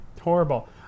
Horrible